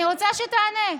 אני רוצה שתענה,